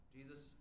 Jesus